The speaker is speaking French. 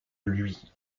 lui